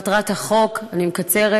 מטרת החוק, אני מקצרת,